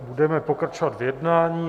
Budeme pokračovat v jednání.